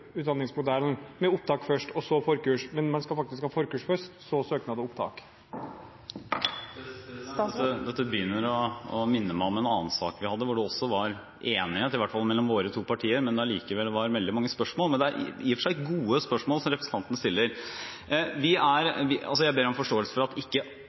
ingeniørutdanningsmodellen, med opptak først og så forkurs. Man skal faktisk ha forkurs først og så søknad om opptak. Dette begynner å minne meg om en annen sak vi hadde, hvor det også var enighet, i hvert fall mellom våre to partier, men hvor det likevel var veldig mange spørsmål. Det er i og for seg gode spørsmål representanten stiller. Jeg ber om forståelse for at ikke